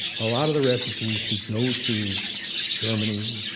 a lot of the refugees who go to germany,